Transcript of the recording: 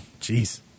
jeez